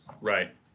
Right